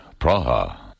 Praha